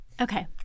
Okay